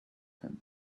him